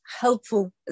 helpful